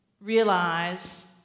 realize